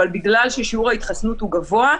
אבל בגלל ששיעור ההתחסנות הוא גבוה,